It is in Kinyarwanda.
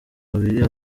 babiri